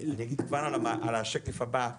אני אגיד כבר על השקף הבא.